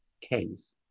case